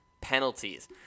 penalties